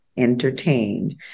Entertained